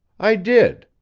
i did.